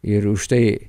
ir už tai